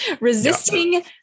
resisting